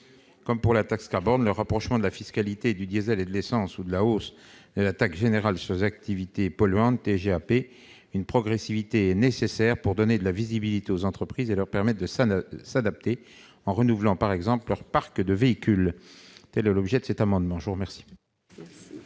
Comme pour la taxe carbone, le rapprochement de la fiscalité du diesel et de l'essence ou la hausse de la taxe générale sur les activités polluantes, la TGAP, une progressivité est nécessaire pour donner de la visibilité aux entreprises et leur permettre de s'adapter, par exemple en renouvelant leur parc de véhicules. Tel est l'objet de cet amendement. Les cinq